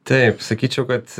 taip sakyčiau kad